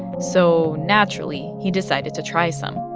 so naturally, he decided to try some.